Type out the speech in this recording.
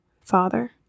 father